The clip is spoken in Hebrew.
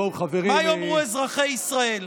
בואו, חברים, מה יאמרו אזרחי ישראל?